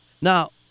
Now